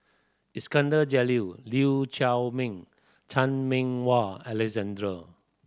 Iskandar Jalil Chiaw Meng and Chan Meng Wah Alexander